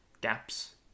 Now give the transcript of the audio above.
gaps